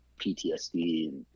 PTSD